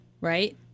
right